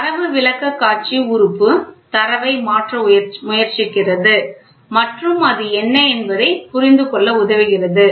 தரவு விளக்கக்காட்சி உறுப்பு தரவை மாற்ற முயற்சிக்கிறது மற்றும் அது என்ன என்பதைப் புரிந்துகொள்ள உதவுகிறது